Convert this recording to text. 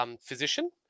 physician